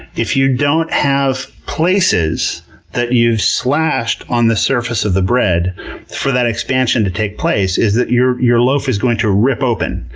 if you don't have places that you've slashed on the surface of the bread for the expansion to take place, is that your your loaf is going to rip open.